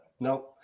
No